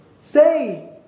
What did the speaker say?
say